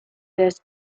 this